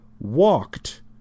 walked